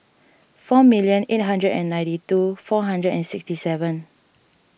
four million eight hundred and ninety two four hundred and sixty seven